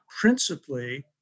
principally